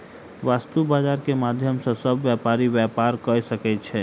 वस्तु बजार के माध्यम सॅ सभ व्यापारी व्यापार कय सकै छै